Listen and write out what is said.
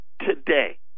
today